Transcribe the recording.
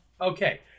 Okay